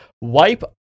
wipe